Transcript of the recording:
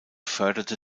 förderte